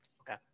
Okay